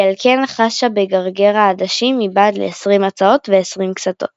כי על כן חשה בגרגר העדשים מבעד לעשרים מצעות ועשרים כסתות.